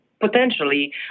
potentially